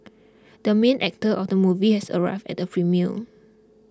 the main actor of the movie has arrived at the premiere